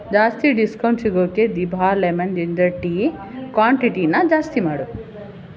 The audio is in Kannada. ಜಾಸ್ತಿ ಡಿಸ್ಕೌಂಟ್ ಸಿಗೋಕ್ಕೆ ದಿಭಾ ಲೆಮನ್ ಜಿಂಜರ್ ಟೀ ಕ್ವಾಂಟಿಟಿನ ಜಾಸ್ತಿ ಮಾಡು